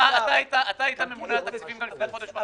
אתה היית הממונה על התקציבים כבר לפני חודש וחצי,